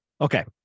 okay